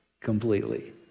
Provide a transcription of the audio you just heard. completely